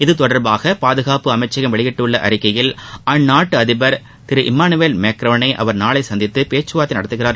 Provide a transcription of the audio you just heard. இத்தொடர்பாக பாதுகாப்பு அமைச்சகம் வெளியிட்டுள்ள அறிக்கையில் அந்நாட்டு அதிபர் திரு இமானுவேல் மேக்ரோனை அவர் நாளை சந்தித்து பேச்சுவார்த்தை நடத்துகிறார்